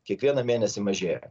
kiekvieną mėnesį mažėja